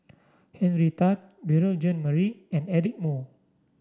Henry Tan Beurel Jean Marie and Eric Moo